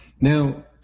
Now